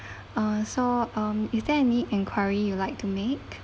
uh so um is there any inquiry you like to make